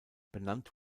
benannt